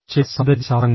ചില സൌന്ദര്യശാസ്ത്രങ്ങൾ